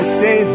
say